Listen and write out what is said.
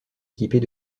équipés